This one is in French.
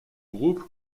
groupes